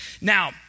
Now